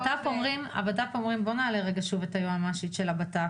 הבט"פ אומרים בואו נעלה שוב את היועצת המשפטית של הבט"פ.